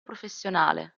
professionale